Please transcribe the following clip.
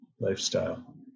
lifestyle